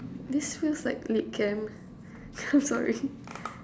this feels like lit camp I'm sorry